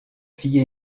fille